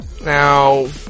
Now